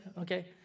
Okay